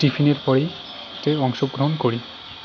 টিফিনের পরেই এতে অংশগ্রহণ করি